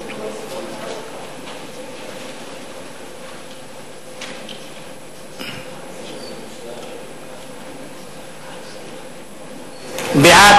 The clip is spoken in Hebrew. התשע"א